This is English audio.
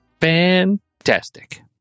Fantastic